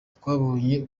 twabonye